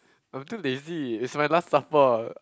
I'm too lazy is my last supper